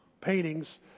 paintings